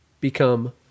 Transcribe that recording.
become